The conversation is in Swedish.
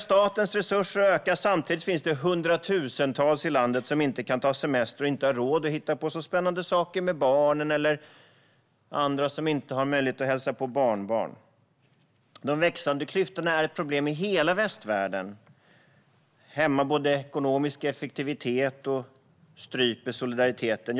Statens resurser ökar. Samtidigt finns det hundratusentals i landet som inte kan ta semester och som inte har råd att hitta på spännande saker med barnen eller har möjlighet att hälsa på barnbarnen. De växande klyftorna är ett problem i hela västvärlden. De både hämmar ekonomisk effektivitet och stryper solidariteten.